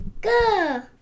go